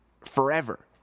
forever